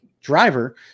driver